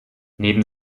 neben